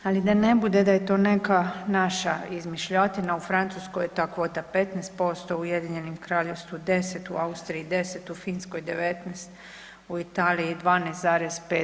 Ali da ne bude da je to neka naša izmišljotina, u Francuskoj je ta kvota 15%, u Ujedinjenom Kraljevstvu 10, u Austriji 10, u Finskoj 19, u Italiji 12,5.